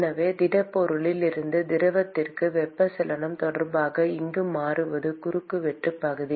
எனவே திடப்பொருளில் இருந்து திரவத்திற்கு வெப்பச்சலனம் தொடர்பாக இங்கு மாறுவது குறுக்குவெட்டுப் பகுதி